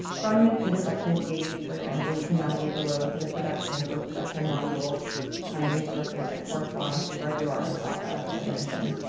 from this introduction page for example, you can navigate below to the production and postproduction modules to find resources that correspond to wherever you are in the process, as i mentioned.